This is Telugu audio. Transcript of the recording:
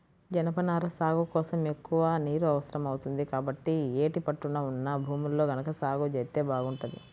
జనపనార సాగు కోసం ఎక్కువ నీరు అవసరం అవుతుంది, కాబట్టి యేటి పట్టున ఉన్న భూముల్లో గనక సాగు జేత్తే బాగుంటది